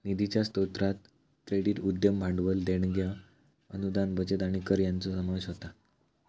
निधीच्या स्रोतांत क्रेडिट, उद्यम भांडवल, देणग्यो, अनुदान, बचत आणि कर यांचो समावेश होता